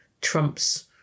Trump's